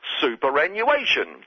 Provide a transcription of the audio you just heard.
superannuation